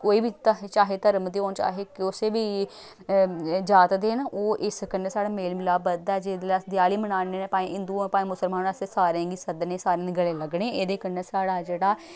कोई बी ते चाहे धर्म दे होन चाहे कुसै बी जात दे न ओह् इस कन्नै साढ़ा मेल मलाप बधदा ऐ जेल्लै अस देआली मनान्ने न भाएं हिन्दू होन भाएं मुस्लमान होन असें सारे गी सद्दने सारें दे गलै लग्गने एह्दे कन्नै साढ़ा जेह्ड़ा